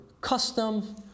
custom